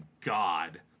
God